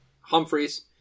Humphreys